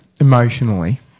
Emotionally